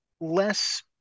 less